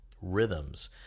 rhythms